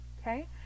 Okay